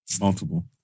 Multiple